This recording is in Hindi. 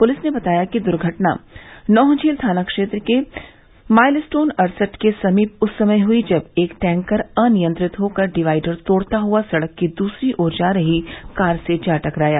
पुलिस ने बताया कि दुर्घटना नौहझील थाना क्षेत्र के माइलस्टोन अड़सठ के समीप उस समय हुई जब एक टैंकर अनियंत्रित होकर डिवाइडर तोड़ता हुआ सड़क के दूसरी ओर जा रही कार से जा टकराया